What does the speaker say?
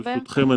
ברשותכם,